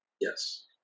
Yes